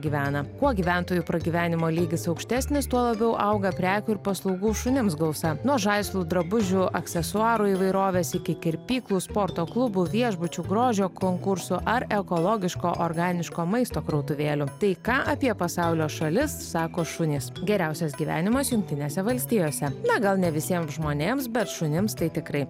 gyvena kuo gyventojų pragyvenimo lygis aukštesnis tuo labiau auga prekių ir paslaugų šunims gausa nuo žaislų drabužių aksesuarų įvairovės iki kirpyklų sporto klubų viešbučių grožio konkursų ar ekologiško organiško maisto krautuvėlių tai ką apie pasaulio šalis sako šunys geriausias gyvenimas jungtinėse valstijose na gal ne visiems žmonėms bet šunims tai tikrai